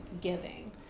giving